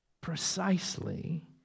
precisely